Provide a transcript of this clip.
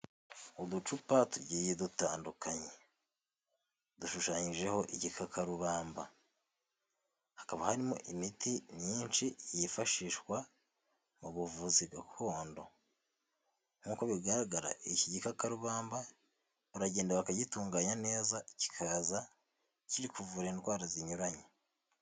Uducupa tugiye dutandukanye dushushanyijeho igikakarubamba hakaba harimo imiti myinshi yifashishwa mu buvuzi gakondo. Nk'uko bigaragara iki gikakarubamba baragenda bakagitunganya neza kikaza kiri kuvura indwara zinyuranye.